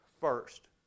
first